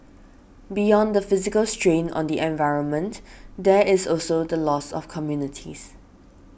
beyond the physical strain on the environment there is also the loss of communities